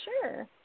sure